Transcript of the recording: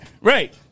Right